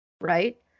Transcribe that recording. right